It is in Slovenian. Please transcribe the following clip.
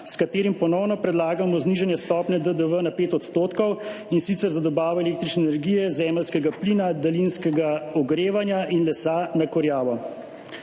s katerim ponovno predlagamo znižanje stopnje DDV na 5 %, in sicer za dobavo električne energije, zemeljskega plina, daljinskega ogrevanja in lesa za kurjavo.